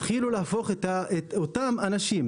התחילו להפוך את אותם אנשים,